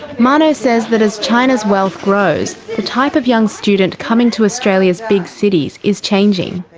mano says that as china's wealth grows, the type of young student coming to australia's big cities is changing.